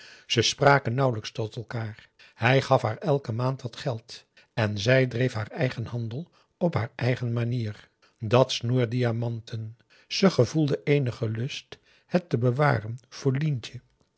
ze spraken nauwelijks tot elkaar hij gaf haar elke maand wat geld en zij dreef haar eigen handel op haar eigen manier dat snoer diamanten ze gevoelde eenigen lust het te bewaren voor lientje